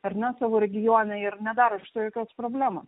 ar ne savo regione ir nedaro iš to jokios problemos